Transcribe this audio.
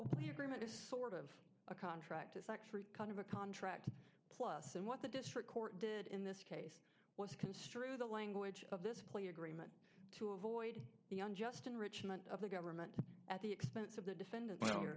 the agreement is sort of a contract is actually kind of a contract plus and what the district court did in this case is construe the language of this plea agreement to avoid the unjust enrichment of the government at the expense of the defendant